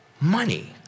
money